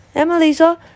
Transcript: Emily说